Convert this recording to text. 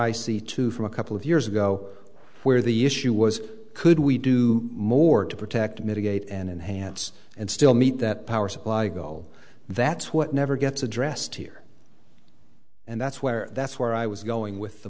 i c to from a couple of years ago where the issue was could we do more to protect mitigate and enhance and still meet that power supply goal that's what never gets addressed here and that's where that's where i was going with the